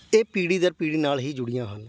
ਇਹ ਪੀੜ੍ਹੀ ਦਰ ਪੀੜ੍ਹੀ ਨਾਲ਼ ਹੀ ਜੁੜੀਆਂ ਹਨ